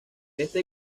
este